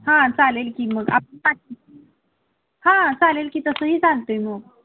हां चालेल की मग आपण हां चालेल की तसंही चालतं आहे मग